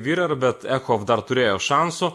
virer bet ekhof dar turėjo šansų